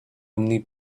only